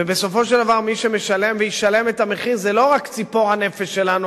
ובסופו של דבר מי שמשלם וישלם את המחיר זה לא רק ציפור הנפש שלנו,